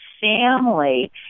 family